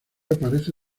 aparece